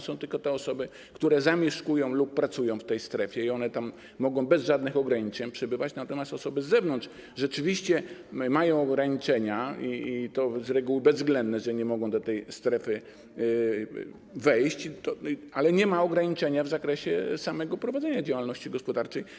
Są tylko te osoby, które mieszkają lub pracują w tej strefie i mogą tam przebywać bez żadnych ograniczeń, natomiast osoby z zewnątrz rzeczywiście obowiązują ograniczenia, i to z reguły bezwzględne, one nie mogą do tej strefy wejść, ale nie ma ograniczenia w zakresie samego prowadzenia działalności gospodarczej.